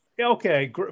Okay